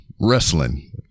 wrestling